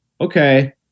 Okay